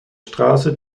straße